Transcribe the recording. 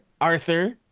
Arthur